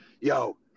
yo